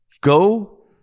go